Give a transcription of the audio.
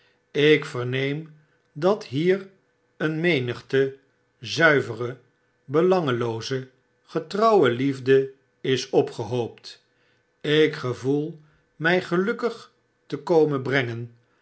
ik verneem dat hier een menigte zuivere belangelooze getrouwe liefde is opgehoopt ik gevoel mij gelukkig te komen brengen